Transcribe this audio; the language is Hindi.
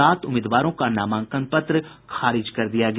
सात उम्मीदवारों का नामांकन पत्र खारिज कर दिया गया